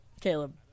Caleb